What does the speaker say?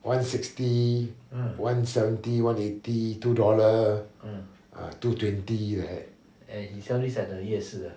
one sixty one seventy one eighty two dollar ah two twenty like that